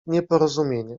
nieporozumienie